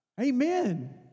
Amen